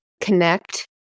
connect